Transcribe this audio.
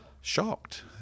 shocked